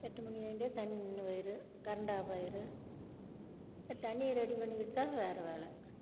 எட்டு மணி ஆகிட்டா தண்ணி நின்று போயிடும் கரண்டு ஆஃப் ஆகிரும் தண்ணி ரெடி பண்ணிக்கிட்டுதான் வேறு வேலை